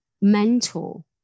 mentor